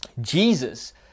Jesus